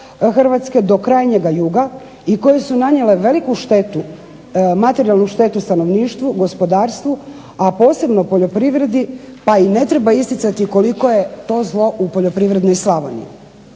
Hrvatske do krajnjega juga i koja su nanijela veliku materijalnu štetu stanovništvu, gospodarstvu a posebno poljoprivredni pa i ne treba isticati koliko je to zlo u poljoprivrednoj slavoniji.